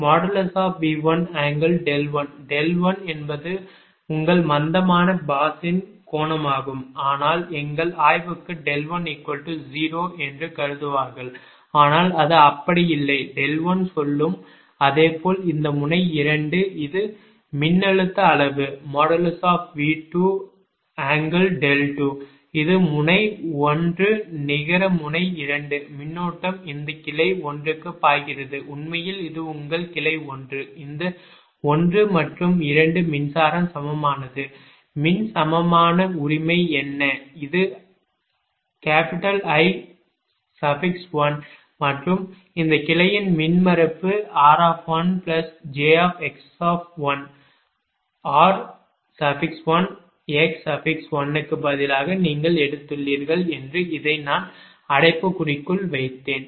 எனவே |V1|∠11 என்பது உங்கள் மந்தமான பாஸ் ன் கோணமாகும் ஆனால் எங்கள் ஆய்வுக்கு 10 என்று கருதுவார்கள் ஆனால் அது அப்படி இல்லை 1சொல்லும் அதேபோல் இந்த முனை 2 இது மின்னழுத்த அளவு V22 இது முனை 1 நிகர முனை 2 மின்னோட்டம் இந்த கிளை 1 க்கு பாய்கிறது உண்மையில் இது உங்கள் கிளை 1 இந்த 1 மற்றும் 2 மின்சாரம் சமமானது மின் சமமான உரிமை என்ன இது I1 மற்றும் இந்த கிளையின் மின்மறுப்பு rjx r1 x1 க்கு பதிலாக நீங்கள் எடுத்துள்ளீர்கள் என்று இதை நான் அடைப்புக்குறிக்குள் வைத்தேன்